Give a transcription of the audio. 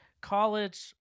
college